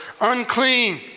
unclean